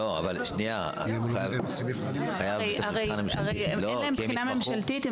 אין להם בחינה ממשלתית.